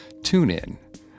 TuneIn